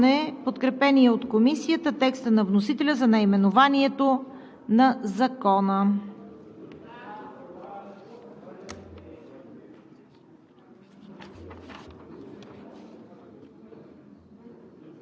Първо ще подложа на гласуване подкрепения от Комисията текст на вносителя за наименованието на Закона.